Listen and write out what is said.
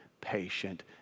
patient